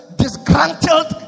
disgruntled